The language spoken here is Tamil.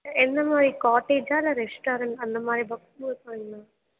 என்ன மாதிரி காட்டேஜா இல்லை ரெஸ்டாரண்ட் அந்தமாதிரி புக் பண்ணுவீங்களா